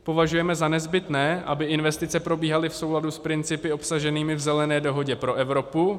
Považujeme za nezbytné, aby investice probíhaly v souladu s principy obsaženými v Zelené dohodě pro Evropu.